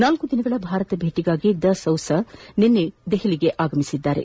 ನಾಲ್ಕು ದಿನಗಳ ಭಾರತ ಭೇಟಿಗಾಗಿ ಡ ಸೌಸ ನಿನ್ನೆ ದೆಹಲಿಗೆ ಆಗಮಿಸಿದರು